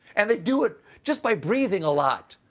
and they do it just by breathing a lot!